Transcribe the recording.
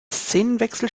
szenenwechsel